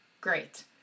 Great